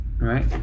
right